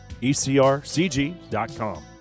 ECRCG.com